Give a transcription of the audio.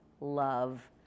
love